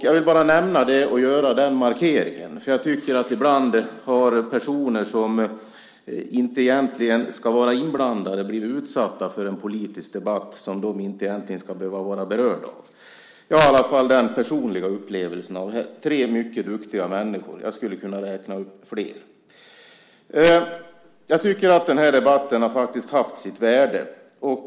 Jag vill bara nämna det och göra den markeringen, för ibland tycker jag att personer som inte egentligen ska vara inblandade har blivit utsatta för en politisk debatt som de inte skulle behöva vara berörda av. Jag har i alla fall den personliga upplevelsen av tre mycket duktiga människor. Jag skulle kunna räkna upp flera. Jag tycker att den här debatten faktiskt har haft sitt värde.